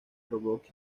robots